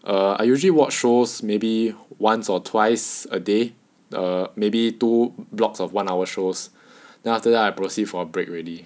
err I usually watch shows maybe once or twice a day err maybe two blocks of one hour shows then after that I proceed for a break already